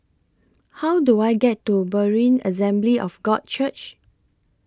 How Do I get to Berean Assembly of God Church